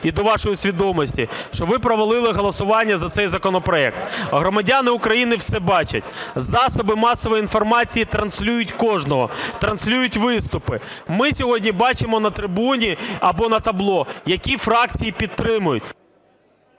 і до вашої свідомості, що ви провалили голосування за цей законопроект. Громадяни України все бачать. Засоби масової інформації транслюють кожного, транслюють виступи. Ми сьогодні бачимо на трибуні або на табло, які фракції підтримують.